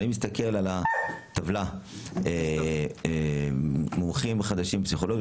כשאני מסתכל על הטבלה "מומחים חדשים בפסיכולוגיה,